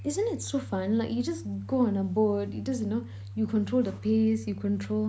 isn't it so fun like you just go on a boat just know you control the pace you control